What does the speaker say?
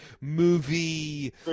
movie